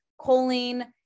choline